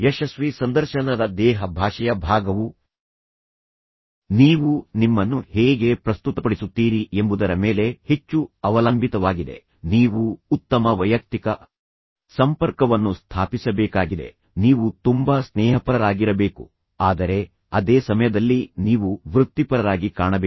ಯಶಸ್ವಿ ಸಂದರ್ಶನದ ದೇಹ ಭಾಷೆಯ ಭಾಗವು ನೀವು ನಿಮ್ಮನ್ನು ಹೇಗೆ ಪ್ರಸ್ತುತಪಡಿಸುತ್ತೀರಿ ಎಂಬುದರ ಮೇಲೆ ಹೆಚ್ಚು ಅವಲಂಬಿತವಾಗಿದೆ ನೀವು ಉತ್ತಮ ವೈಯಕ್ತಿಕ ಸಂಪರ್ಕವನ್ನು ಸ್ಥಾಪಿಸಬೇಕಾಗಿದೆ ನೀವು ತುಂಬಾ ಸ್ನೇಹಪರರಾಗಿರಬೇಕು ಆದರೆ ಅದೇ ಸಮಯದಲ್ಲಿ ನೀವು ವೃತ್ತಿಪರರಾಗಿ ಕಾಣಬೇಕು